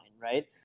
right